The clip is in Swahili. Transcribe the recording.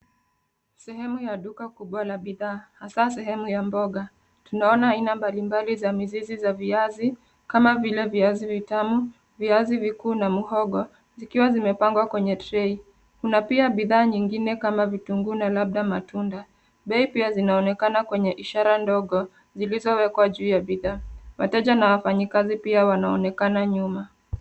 Sehemu ya duka kubwa la bidhaa hasa sehemu ya mboga , tunaona aina mbalimbali za mizizi za viazi kama vile viazi vitamu, viazi vikuu na muhogo zikiwa zimepangwa kwenye trey ,kuna pia bidhaa nyingine kama vitunguu na labda matunda bei pia zinaonekana kwenye ishara ndogo zilizowekwa juu ya bidhaa wateja na wafanyakazi pia wanaonekana nyuma.